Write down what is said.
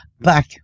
back